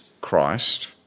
Christ